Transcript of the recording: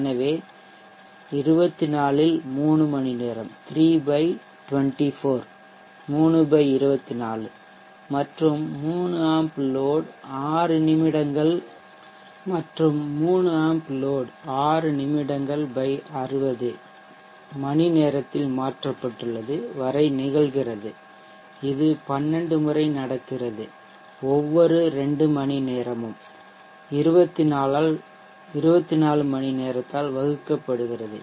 எனவே 24 இல் 3 மணிநேரம்324 மற்றும் 3 ஆம்ப் லோட் 6 நிமிடங்கள் 60 வரை நிகழ்கிறது இது 12 முறை நடக்கிறது ஒவ்வொரு 2 மணி நேரமும் 24 மணிநேரத்தால் வகுக்கப்படுகிறது